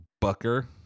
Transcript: Bucker